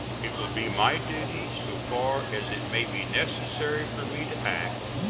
it will be my duty, so far as it may be necessary for me to act,